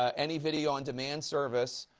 ah any video on demand service,